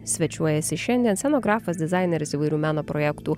svečiuojasi šiandien scenografas dizaineris įvairių meno projektų